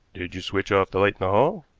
did you switch off the light in the hall?